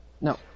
no